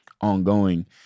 ongoing